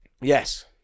Yes